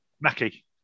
Mackie